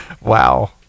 Wow